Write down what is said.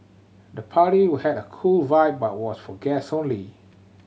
the party had a cool vibe but was for guest only